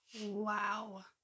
Wow